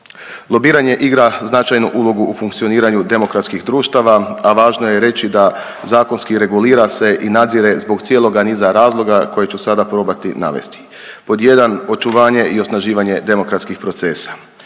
lobiranje igra značajnu ulogu u funkcioniranju demokratskih društava, a važno je reći da zakonski regulira se i nadzire zbog cijeloga niza razloga koje ću sada probati navesti. Pod 1, očuvanje i osnaživanje demokratskih procesa.